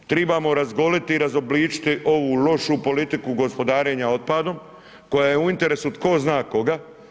Trebamo razgoliti i razobličiti ovu lošu politiku gospodarenja otpadom koja je u interesu tko zna koga.